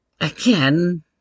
again